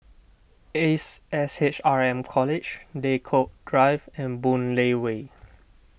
Ace S H R M College Draycott Drive and Boon Lay Way